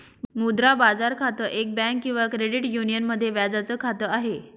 मुद्रा बाजार खातं, एक बँक किंवा क्रेडिट युनियन मध्ये व्याजाच खात आहे